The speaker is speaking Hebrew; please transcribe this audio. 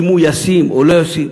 אם הוא ישים או לא ישים?